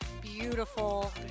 beautiful